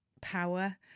power